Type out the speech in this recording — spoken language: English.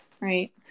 right